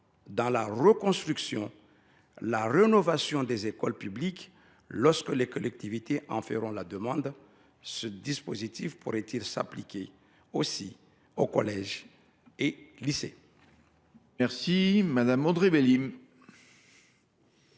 la reconstruction et la rénovation des écoles publiques, lorsque les collectivités en feront la demande ? Ce dispositif pourrait il s’appliquer aussi aux collèges et aux lycées ?